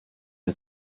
you